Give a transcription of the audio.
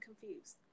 confused